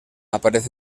aparece